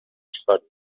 històrics